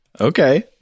Okay